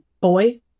boy